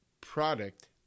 product